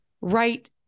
right